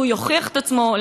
שהוא יוכיח את עצמו.